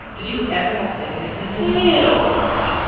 did you ever have steak and eggs in prison? hell no.